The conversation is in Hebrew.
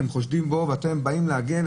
אתם חושדים בו ואתם באים להגן?